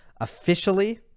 officially